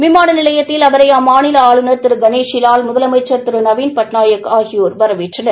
விமான நிலையத்தில் அவரை அம்மாநில ஆளுநர் திரு கணேஷிலால் முதலமச்சர் திரு நவின் பட்நாயக் ஆகியோர் வரவேற்றனர்